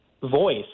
voice